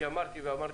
התיימרתי ואמרתי,